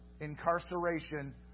incarceration